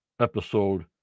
episode